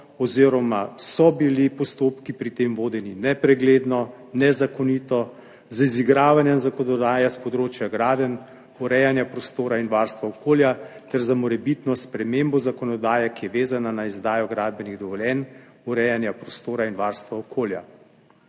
oziroma so bili postopki pri tem vodeni nepregledno, nezakonito, z izigravanjem zakonodaje s področja gradenj, urejanja prostora in varstva okolja ter za morebitno spremembo zakonodaje, ki je vezana na izdajo gradbenih dovoljenj, urejanja prostora in varstva okolja.